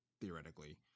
theoretically